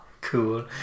Cool